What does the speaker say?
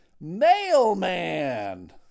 mailman